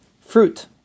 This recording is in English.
fruit